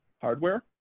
hardware